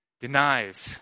denies